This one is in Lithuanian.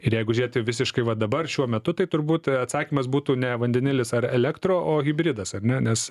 ir jeigu žiūrėti visiškai va dabar šiuo metu tai turbūt atsakymas būtų ne vandenilis ar elektra o hibridas ar ne nes